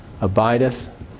abideth